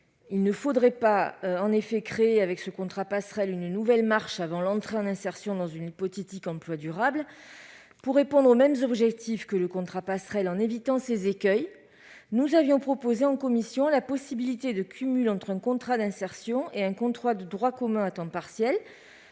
Il ne faudrait pas en effet créer, avec ce contrat passerelle, une nouvelle marche avant l'entrée dans un hypothétique emploi durable. Afin de répondre aux mêmes objectifs que ceux du contrat passerelle en évitant ses écueils, nous avions proposé, en commission, de prévoir la possibilité d'un cumul entre un contrat d'insertion et un contrat de droit commun à temps partiel,